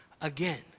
again